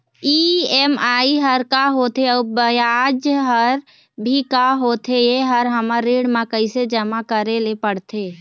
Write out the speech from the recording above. EMI हर का होथे अऊ ब्याज हर भी का होथे ये हर हमर ऋण मा कैसे जमा करे ले पड़ते?